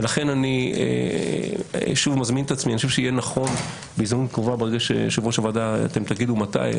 אני חושב שיהיה נכון בהזדמנות קרובה - אתם תאמרו מתי,